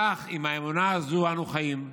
כך, עם האמונה הזו, אנו חיים,